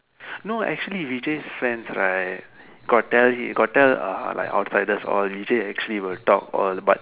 no actually Vijay's friends right got tell he got tell like uh like outsiders orh Vijay actually will talk but